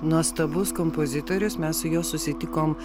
nuostabus kompozitorius mes su juo susitikom